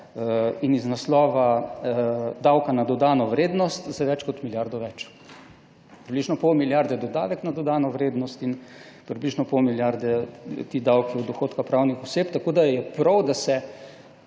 in iz naslova davka na dodano vrednost za več kot milijardo več. Približno pol milijarde do davek na dodano vrednost in približno pol milijarde ti davki od dohodka pravnih oseb. Tako da je prav, da se